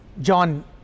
John